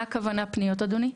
מה הכוונה פניות אדוני?